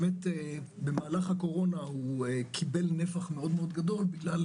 ובמהלך הקורונה קיבל נפתח מאוד גדול בגלל